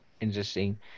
interesting